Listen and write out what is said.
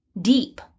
deep